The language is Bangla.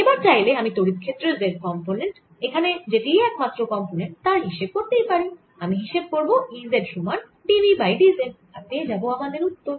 এবার চাইলে আমি তড়িৎ ক্ষেত্রের z কম্পোনেন্ট এখানে যেটিই একমাত্র কম্পোনেন্ট তার হিসেব করতেই পারি আমি হিসেব করব E z সমান d v by d z আর পেয়ে যাবো আমার উত্তর